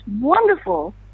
wonderful